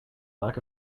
lack